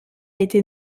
été